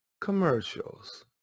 commercials